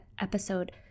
episode